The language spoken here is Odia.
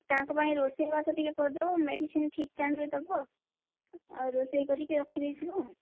ତାଙ୍କ ପାଇଁ ରୋଷେଇବାସ ଟିକେ କରିଦେବ ମେଡ଼ିସିନ ଠିକ ଟାଇମ୍ ରେ ଦେବ ଆଉ ରୋଷେଇ କରିକି ରଖିଦେଇଥିବ